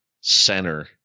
center